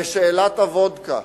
לשאלת הוודקה,